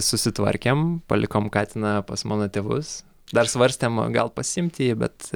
susitvarkėm palikom katiną pas mano tėvus dar svarstėm gal pasiimti jį bet